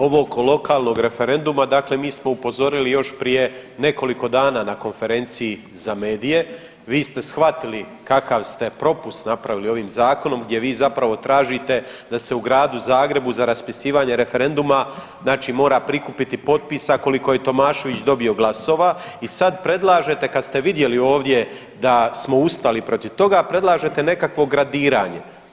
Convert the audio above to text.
Ovo oko lokalnog referenduma, dakle mi smo upozorili još prije nekoliko dana na konferenciji za medije, vi ste shvatili kakav ste propust napravili ovim zakonom gdje vi zapravo tražite da se u Gradu Zagrebu za raspisivanje referenduma mora prikupiti potpisa koliko je Tomašević dobio glasova i sad predlažete kad ste vidjeli ovdje da smo ustali protiv toga, predlažete nekakvo gradiranje.